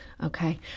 Okay